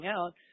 out